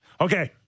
Okay